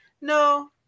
no